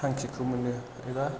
थांखिखौ मोनो एबा